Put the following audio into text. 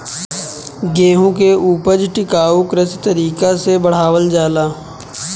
गेंहू के ऊपज टिकाऊ कृषि तरीका से बढ़ावल जाता